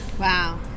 Wow